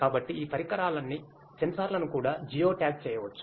కాబట్టి ఈ పరికరాలన్నీ సెన్సార్లను కూడా జియో ట్యాగ్ చేయవచ్చు